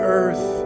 earth